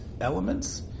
elements